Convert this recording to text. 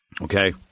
okay